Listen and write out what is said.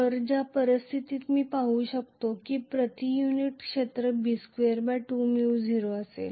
तर ज्या परिस्थितीत मी पाहू शकतो की प्रति युनिट क्षेत्र B22 µ0 असेल